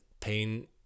pain